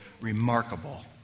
remarkable